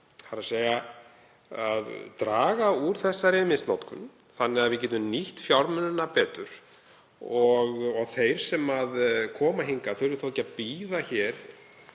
þ.e. að draga úr þessari misnotkun þannig að við getum nýtt fjármunina betur svo að þeir sem koma hingað þurfi þá ekki að bíða hér